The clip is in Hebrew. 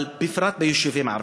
אבל בפרט ביישובים ערביים.